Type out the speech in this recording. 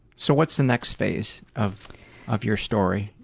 so, what's the next phase of of your story?